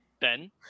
Ben